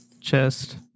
chest